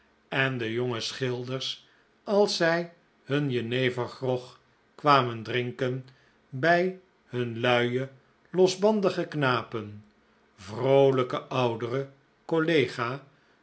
en de jonge schilders als zij hun jenevergrog kwamen drinken bij hun luien losbandigen knappen vroolijken ouderen collega